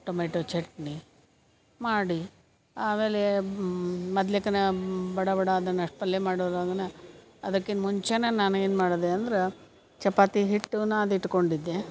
tomato chutney ಮಾಡಿ ಆಮೇಲೆ ಮದ್ಲೆಕ್ಕನ ಬಡ ಬಡ ಅದನ್ನ ಅಷ್ಟು ಪಲ್ಲೆ ಮಾಡೋದ್ರೊಳಗನ ಅದಕಿನ್ ಮುಂಚೆನ ನಾನ್ ಏನು ಮಾಡ್ದೆ ಅಂದ್ರೆ ಚಪಾತಿ ಹಿಟ್ಟು ನಾದಿ ಇಟ್ಕೊಂಡಿದ್ದೆ